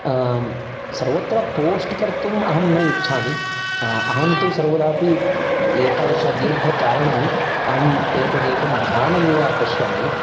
सर्वत्र पोस्ट् कर्तुम् अहं न इच्छामि अहं तु सर्वदा अपि एतादृश दीर्घचारणम् अहम् एतद् एकं ध्यानमिव पश्यामि